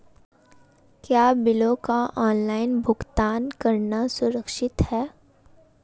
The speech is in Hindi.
क्या बिलों का ऑनलाइन भुगतान करना सुरक्षित है?